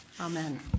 Amen